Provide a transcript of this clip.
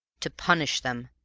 to punish them,